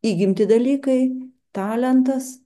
įgimti dalykai talentas